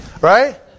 Right